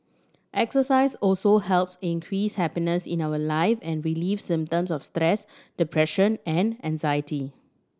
exercise also helps increase happiness in our life and relieve symptoms of stress depression and anxiety